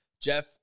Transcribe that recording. Jeff